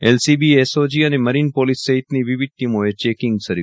LCB SOG અને marine police સહિતની વિવિધ ટીમોએ ચેકીંગ શરૂ કર્યું છે